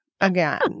again